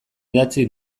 idatzi